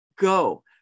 Go